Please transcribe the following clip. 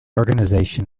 organisation